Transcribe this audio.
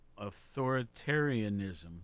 authoritarianism